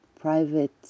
private